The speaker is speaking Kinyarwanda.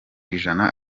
ijana